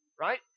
right